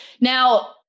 Now